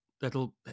that'll